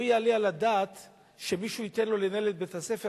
לא יעלה על הדעת שמישהו ייתן לו לנהל את בית-הספר